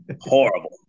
Horrible